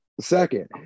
second